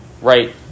right